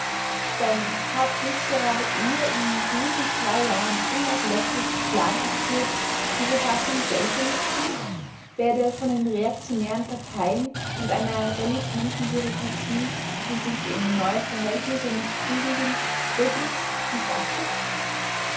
denn habt nicht gerade ihr in diesen zwei jahren unablässig klage geführt die verfassung gelte nicht viel werde von den reaktionären parteien und einer renitenten bureaukratie die sich in neue verhältnisse nicht fügen will gröblichst mißachtet